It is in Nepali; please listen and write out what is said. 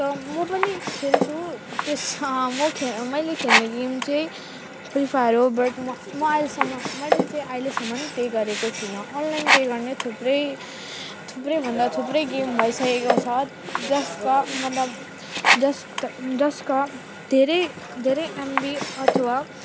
त म पनि खेल्छु त्यस म मैले खेल्ने गेम चाहिँ फ्री फायर हो बट म म अहिलेसम्म मैले चाहिँ अहिलेसम्म पे गरेको छुइनँ अनलाइन पे गर्ने थुप्रै थुप्रैभन्दा थुप्रै गेम भइसकेको छ जस क मतलब जस जस क धेरै धेरै एमबी अथवा